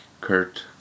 Kurt